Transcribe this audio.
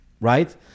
Right